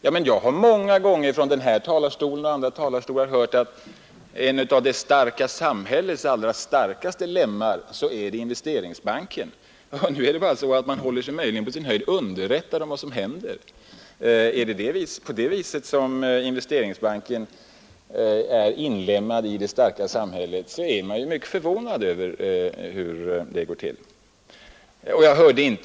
Jag har hört många gånger från den här talarstolen och från andra talarstolar att en av det starka samhällets allra starkaste lemmar är investeringsbanken. Nu håller sig regeringen på sin höjd underrättad om vad som händer. Är det på det viset investeringsbanken är inlemmad i det starka samhället, så blir man ju litet förvånad över vad som händer.